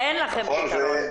ואין לכם פתרון לזה.